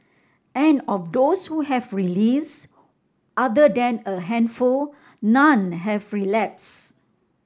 and of those who have release other than a handful none have relapse